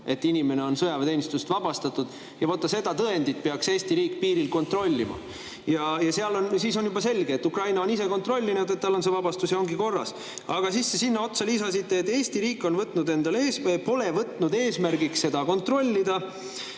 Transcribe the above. et inimene on sõjaväeteenistusest vabastatud. Ja vaat, seda tõendit peaks Eesti riik piiril kontrollima. Siis on juba selge, et Ukraina on ise kontrollinud, et tal on see vabastus, ja ongi korras. Aga siis sinna otsa lisasite, et Eesti riik pole võtnud eesmärgiks seda kontrollida